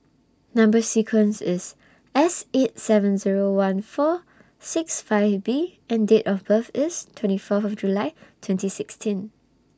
Number sequence IS S eight seven Zero one four six five B and Date of birth IS twenty Fourth of July twenty sixteen